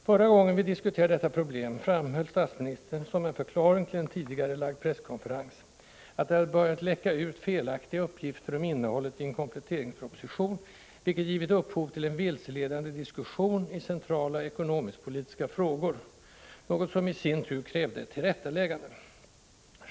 Förra gången vi diskuterade detta problem framhöll statsministern som en förklaring till en tidigarelagd presskonferens att det hade börjat läcka ut felaktiga uppgifter om innehållet i en kompletteringsproposition, vilket givit upphov till en vilseledande diskussion i centrala ekonomisk-politiska frågor — något som i sin tur krävde ett tillrättaläggande.